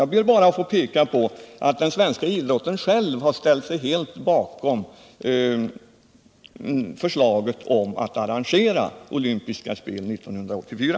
Jag ber bara att få peka på att idrottsrörelsen själv ställt sig helt bakom förslaget att Sverige skall få arrangera olympiska spelen 1984.